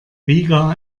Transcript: riga